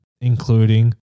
including